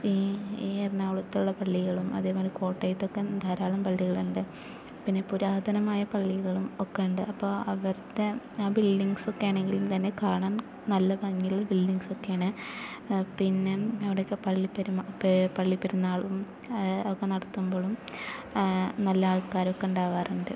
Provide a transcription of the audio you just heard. ഈ ഈ എറണാകുളത്തുള്ള പള്ളികളും അതേമാതിരി കോട്ടയത്തൊക്കെ ധാരാളം പള്ളികളുണ്ട് പിന്നെ പുരാതനമായ പള്ളികളും ഒക്കെ ഉണ്ട് അപ്പോൾ അവിടത്തെ ആ ബിൽഡിങ്സൊക്കെ ആണെങ്കിലും തന്നെ കാണാൻ നല്ല ഭംഗിയുള്ള ബിൽഡിങ്സൊക്കെ ആണ് പിന്നെ അവിടൊക്കെ പള്ളി പെരുമ പള്ളി പെരുന്നാളും ഒക്കെ നടത്തുമ്പോഴും നല്ല ആൾക്കാരൊക്കെ ഉണ്ടാവാറുണ്ട്